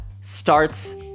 starts